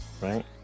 right